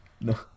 No